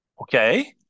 okay